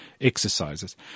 exercises